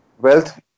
wealth